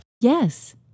Yes